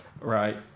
right